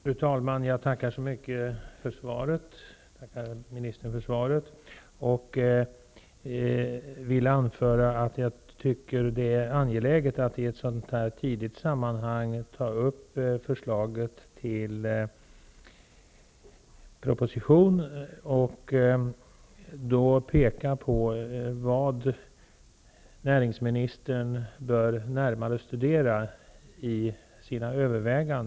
Fru talman! Tack så mycket för svaret, ministern! Jag tycker att det är angeläget att på ett tidigt stadium ta upp förslaget till proposition och därvid peka på vad näringsministern närmare bör studera vid sina överväganden.